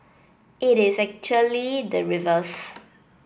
it is actually the reverse